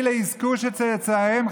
אלה יזכו שצאצאיהם,